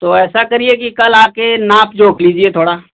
तो ऐसा करिए कि कल आके नाप जोख लीजिए थोड़ा